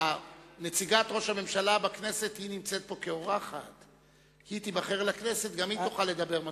הצעת החוק הממשלתית המונחת לפניכם מיועדת להביא להשתתפות של עובדי